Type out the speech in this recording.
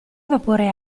vapore